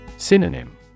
Synonym